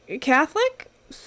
Catholic